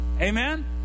Amen